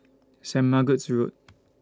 Sait Margaret's Road